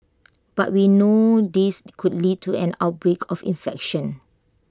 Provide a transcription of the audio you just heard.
but we know this could lead to an outbreak of infection